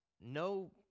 no